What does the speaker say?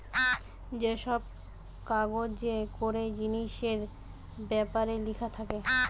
যে সব কাগজে করে জিনিসের বেপারে লিখা থাকে